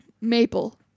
maple